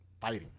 fighting